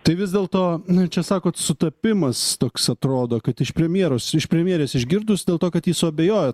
tai vis dėl to na čia sakot sutapimas toks atrodo kad iš premjeros iš premjerės išgirdus dėl to kad ji suabejojo